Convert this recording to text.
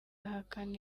ahakana